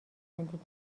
زندگیم